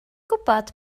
gwybod